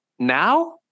Now